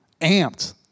amped